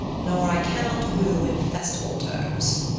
nor i cannot woo in festival terms.